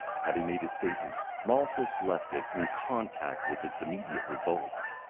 having made his statement, malthus left it, in contact with its immediate results.